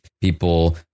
people